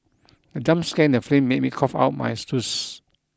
the jump scare in the film me me cough out my juice